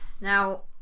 Now